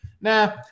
Nah